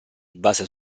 basa